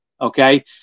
okay